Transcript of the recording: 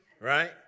Right